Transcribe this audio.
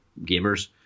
gamers